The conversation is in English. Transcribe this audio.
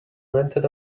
rented